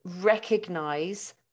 recognize